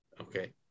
Okay